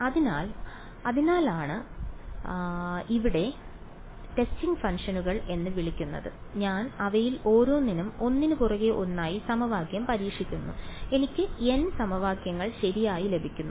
അതിനാൽ അതിനാലാണ് ഇവയെ ടെസ്റ്റിംഗ് ഫംഗ്ഷനുകൾ എന്ന് വിളിക്കുന്നത് ഞാൻ അവയിൽ ഓരോന്നിനും ഒന്നിനുപുറകെ ഒന്നായി സമവാക്യം പരീക്ഷിക്കുന്നു എനിക്ക് n സമവാക്യങ്ങൾ ശരിയായി ലഭിക്കുന്നു